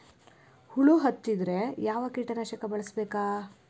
ಹುಳು ಹತ್ತಿದ್ರೆ ಯಾವ ಕೇಟನಾಶಕ ಬಳಸಬೇಕ?